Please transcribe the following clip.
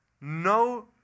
No